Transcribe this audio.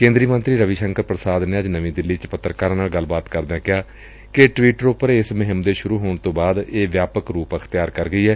ਕੇਂਦਰੀ ਮੰਤਰੀ ਰਵੀ ਸ਼ੰਕਰ ਪ੍ਸਾਦ ਨੇ ਅੱਜ ਨਵੀਂ ਦਿੱਲੀ ਚ ਪੱਤਰਕਾਰਾਂ ਨਾਲ ਗੱਲਬਾਤ ਕਰਦਿਆਂ ਕਿਹਾ ਕਿ ਟਵੀਟਰ ਉਪਰ ਇਸ ਮੁਹਿੰਮ ਦੇ ਸੁਰੂ ਹੋਣ ਤੋਂ ਬਾਅਦ ਇਹ ਵਿਆਪਕ ਰੂਪ ਅਕਤਿਆਰ ਕਰ ਗਈ ਏ